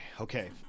Okay